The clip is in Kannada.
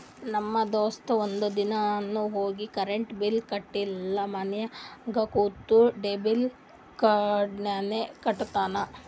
ನಮ್ ದೋಸ್ತ ಒಂದ್ ದಿನಾನು ಹೋಗಿ ಕರೆಂಟ್ ಬಿಲ್ ಕಟ್ಟಿಲ ಮನ್ಯಾಗ ಕುಂತ ಡೆಬಿಟ್ ಕಾರ್ಡ್ಲೇನೆ ಕಟ್ಟತ್ತಾನ್